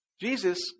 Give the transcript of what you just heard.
Jesus